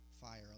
fire